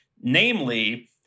Namely